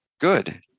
good